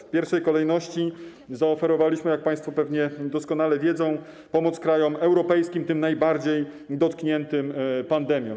W pierwszej kolejności zaoferowaliśmy, jak państwo pewnie doskonale wiedzą, pomoc krajom europejskim, tym najbardziej dotkniętym pandemią.